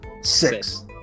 Six